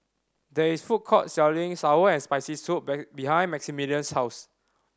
there is a food court selling sour and Spicy Soup behind Maximilian's house